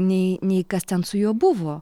nei nei kas ten su juo buvo